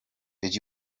did